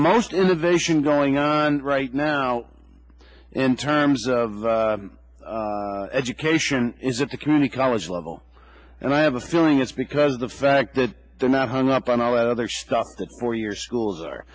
most innovation going on right now in terms of education is at the community college level and i have a feeling it's because of the fact that they're not hung up on all the other stuff that four year schools are